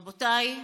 רבותיי,